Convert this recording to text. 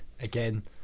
again